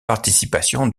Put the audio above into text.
participation